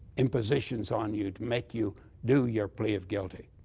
impositions on you to make you do your plea of guilty,